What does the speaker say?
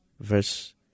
verse